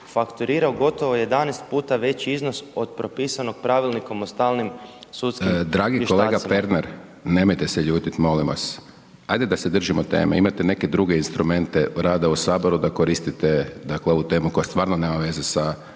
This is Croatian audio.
fakturirao gotovo 11 puta veći iznos od propisanog Pravilnikom o stalnim sudskim vještacima. **Hajdaš Dončić, Siniša (SDP)** Dragi kolega Pernar, nemojte se ljutit molim vas, hajde da se držimo teme, imate neke druge instrumente rada u HS da koristite, dakle ovu temu koja stvarno nema veze sa